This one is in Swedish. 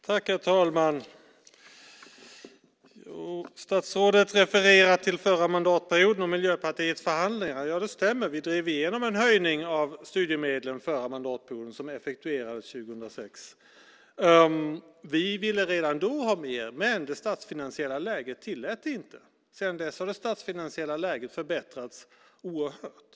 Herr talman! Statsrådet refererar till förra mandatperioden och Miljöpartiets förhandlingar. Det stämmer att vi under den förra mandatperioden drev igenom en höjning av studiemedlen, vilket effektuerades 2006. Vi ville redan då ha mer, men det statsfinansiella läget tillät det inte. Sedan dess har det statsfinansiella läget förbättrats oerhört.